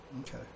Okay